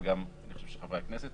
ואני חושב שגם חברי הכנסת